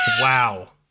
Wow